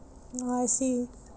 orh I see